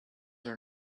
are